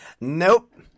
Nope